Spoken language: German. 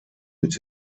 mit